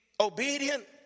obedient